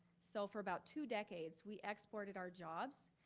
so for about two decades, we exported our jobs,